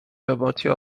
robocie